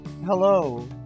Hello